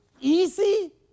easy